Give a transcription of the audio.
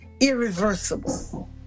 irreversible